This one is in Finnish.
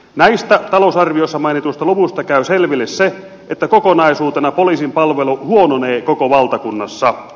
näistä talousarviossa mainituista luvuista käy selville se että kokonaisuutena poliisin palvelu huononee koko valtakunnassa